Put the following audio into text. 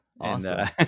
Awesome